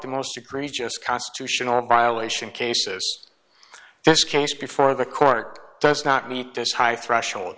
the most egregious constitutional violation cases this case before the court does not meet this high threshold